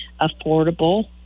affordable